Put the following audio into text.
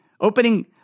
opening